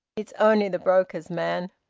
it's only the broker's man.